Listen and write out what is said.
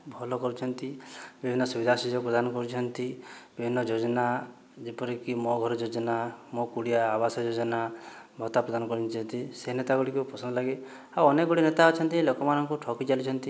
ଭଲ କରିଛନ୍ତି ବିଭିନ୍ନ ସୁବିଧା ସୁଯୋଗ ପ୍ରଦାନ କରୁଛନ୍ତି ବିଭିନ୍ନ ଯୋଜନା ଯେପରିକି ମୋ' ଘର ଯୋଜନା ମୋ' କୁଡ଼ିଆ ଆବାସ ଯୋଜନା ଭତ୍ତା ପ୍ରଦାନ କରୁଛନ୍ତି ଯେମିତି ସେହି ନେତାଗୁଡ଼ିକ ପସନ୍ଦ ଲାଗେ ଆଉ ଅନେକଗୁଡ଼ିଏ ନେତା ଅଛନ୍ତି ଲୋକମାନଙ୍କୁ ଠକି ଚାଲିଛନ୍ତି